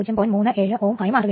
37 ohm ആയി മാറുക ആണ്